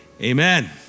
amen